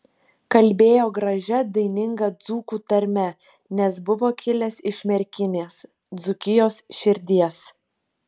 kalbėjo gražia daininga dzūkų tarme nes buvo kilęs iš merkinės dzūkijos širdies